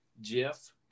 Jeff